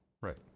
right